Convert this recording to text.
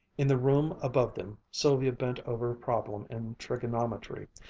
in the room above them, sylvia bent over a problem in trigonometry,